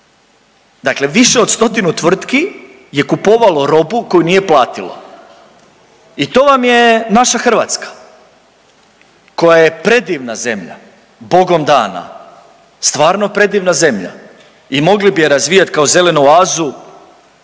Dakle, više od stotinu tvrtki je kupovalo robu koju nije platilo i to vam je naša Hrvatska koja je predivan zemlja, Bogom dana, stvarno predivna zemlja i mogli bi je razvijati kao zelenu oazu